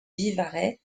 vivarais